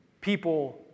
people